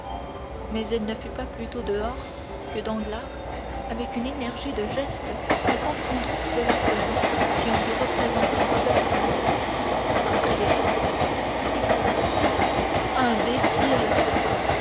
mais il ne fut pas plus tôt dehors que danglars avec une énergie de geste que comprendront ceux-là seulement qui ont vu représenter robert macaire par frédérick s'écria imbécile